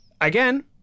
Again